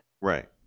Right